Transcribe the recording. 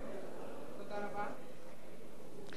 הדובר הבא חבר הכנסת אורי אריאל.